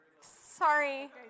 sorry